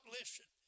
listen